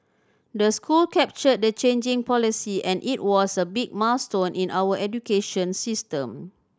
the school captured the changing policy and it was a big milestone in our education system